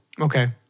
Okay